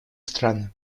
страны